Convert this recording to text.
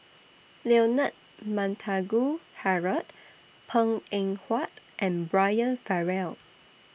Leonard Montague Harrod Png Eng Huat and Brian Farrell